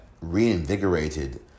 reinvigorated